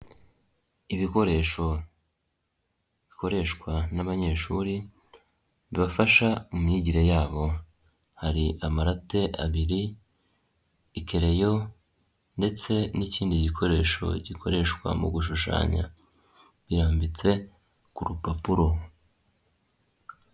Ibikoresho bikoreshwa n'abanyeshuri bibafasha mu myigire yabo, hari: amarate abiri, ikereleyo ndetse n'ikindi gikoresho gikoreshwa mu gushushanya, birambitse ku rupapuro.